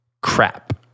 crap